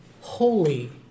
holy